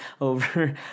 over